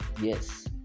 yes